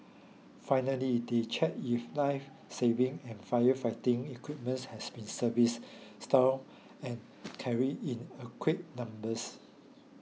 finally they check if lifesaving and firefighting equipments has been service stow and carry in adequate numbers